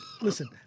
Listen